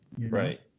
Right